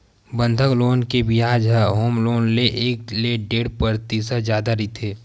बंधक लोन के बियाज ह होम लोन ले एक ले डेढ़ परतिसत जादा रहिथे